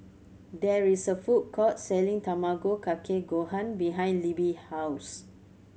there is a food court selling Tamago Kake Gohan behind Libby house